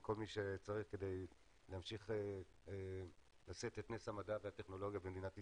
כל מי שצריך כדי להמשיך לשאת את נס המדע והטכנולוגיה במדינת ישראל.